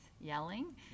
yelling